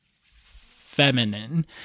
feminine